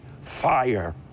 fire